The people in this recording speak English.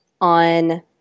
on